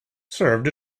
served